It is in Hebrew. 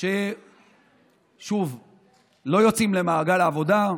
שלא יוצאים למעגל העבודה,